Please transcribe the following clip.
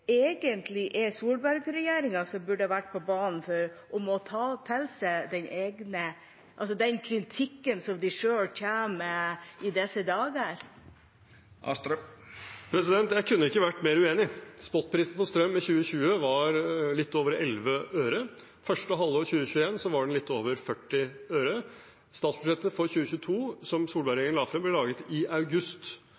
som burde vært på banen og må ta til seg den kritikken som de selv kommer med i disse dager? Jeg kunne ikke vært mer uenig. Spotprisen på strøm i 2020 var litt over 11 øre, og første halvår 2021 var den litt over 40 øre. Statsbudsjettet for 2022 som